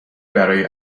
برای